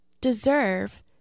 deserve